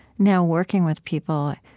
now, working with people.